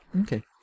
Okay